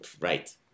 Right